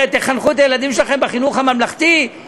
תחנכו את הילדים שלכם בחינוך הממלכתי,